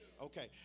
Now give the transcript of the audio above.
Okay